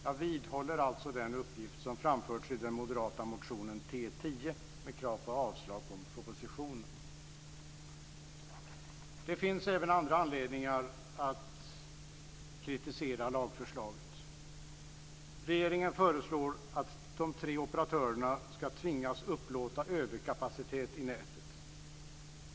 Jag vidhåller alltså den uppfattning som framförts i den moderata motionen T10 med krav på avslag på propositionen. Det finns även andra anledningar att kritisera lagförslaget. Regeringen föreslår att de tre operatörerna ska tvingas upplåta överkapacitet i nätet.